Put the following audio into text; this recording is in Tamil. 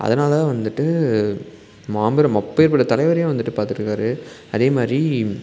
அதனால் தான் வந்துட்டு மாபெரும் அப்பேற்பட்ட தலைவரையே வந்துட்டு பார்த்துருக்காரு அதே மாதிரி